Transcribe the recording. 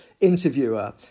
interviewer